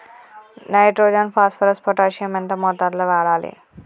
Nitrogen phosphorus potassium ఎంత మోతాదు లో వాడాలి?